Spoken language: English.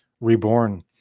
reborn